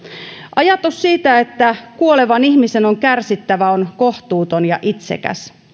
ajatus siitä että kuolevan ihmisen on kärsittävä on kohtuuton ja itsekäs